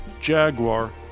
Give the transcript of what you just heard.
Jaguar